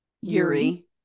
yuri